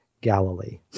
Galilee